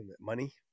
Money